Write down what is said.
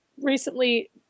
recently